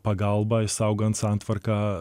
pagalbą išsaugant santvarką